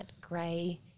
grey –